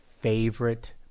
favorite